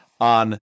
on